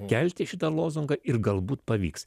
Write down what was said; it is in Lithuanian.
kelti šitą lozungą ir galbūt pavyks